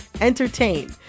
entertain